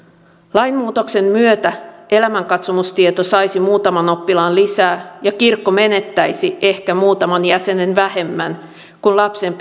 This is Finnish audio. lainmuutoksen myötä elämänkatsomustieto saisi muutaman oppilaan lisää ja kirkko menettäisi ehkä muutaman jäsenen vähemmän kun lapsen